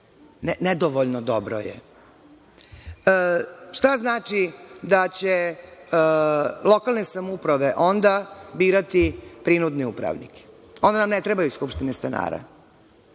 Nedovoljno dobro je. Šta znači da će lokalne samouprave onda birati prinudne upravnike? Onda nam ne treba skupština stanara.